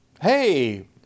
Hey